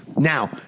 Now